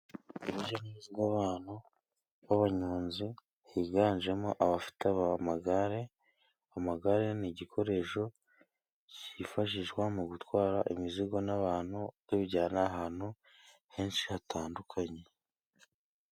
Urujya n'uruza rw'abantu b'abanyonzi higanjemo abafite amagare, amagare ni igikoresho kifashishwa mu gutwara imizigo n'abantu kibijyana ahantu henshi hatandukanye.